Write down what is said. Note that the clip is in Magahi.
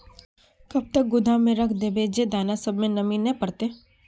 कब तक गोदाम में रख देबे जे दाना सब में नमी नय पकड़ते?